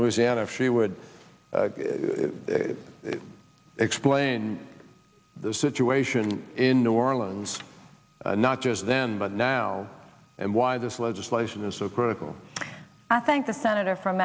louisiana if she would explain the situation in new orleans not just then but now and why this legislation is so critical i thank the senator from